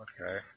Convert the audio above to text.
okay